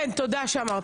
כן, תודה שאמרת